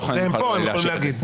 יוחנן יוכל לאשר.